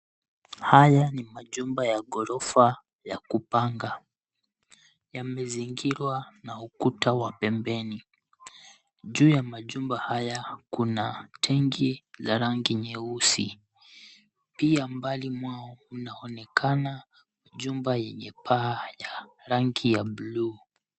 Haya ni majumba ya ghorofa ya kupanga. Yamezingirwa na ukuta wa pembeni. Juu ya majumba haya kuna tangi la rangi nyeusi. Pia mbali mwao unaonekana jumba yenye paa ya rangi ya bluu.